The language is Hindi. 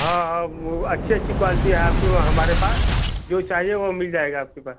हाँ हाँ वो अच्छी अच्छी क्वालटी है आपको हमारे पास जो चाहिए वो मिल जाएगा आपके पास